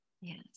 Yes